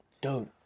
Dude